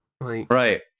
Right